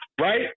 Right